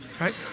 Right